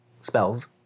spells